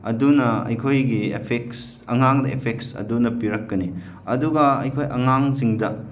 ꯑꯗꯨꯅ ꯑꯩꯈꯣꯏꯒꯤ ꯑꯐꯦꯛꯁ ꯑꯉꯥꯡꯗ ꯑꯐꯦꯛꯁ ꯑꯗꯨꯅ ꯄꯤꯔꯛꯀꯅꯤ ꯑꯗꯨꯒ ꯑꯩꯈꯣꯏ ꯑꯉꯥꯡꯁꯤꯡꯗ